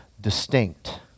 distinct